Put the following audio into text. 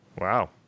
Wow